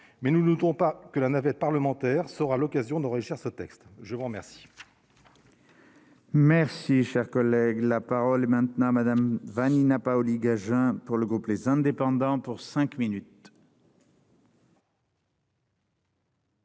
mais nous luttons pas que la navette parlementaire sera l'occasion d'enrichir ce texte, je vous remercie. Merci, cher collègue, la parole est maintenant à Madame Vanina Paoli pour le groupe, les indépendants pour 5 minutes.